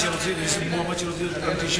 נשימה תברך את שר הפנים.